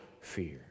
fear